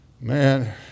Man